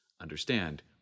Understand